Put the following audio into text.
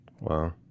Wow